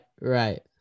right